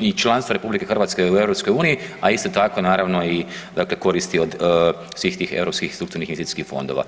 i članstva RH u EU, a isto tako naravno i dakle koristi od svih tih europskih strukturnih i investicijskih fondova.